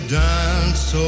dance